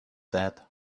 that